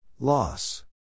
Loss